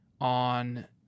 on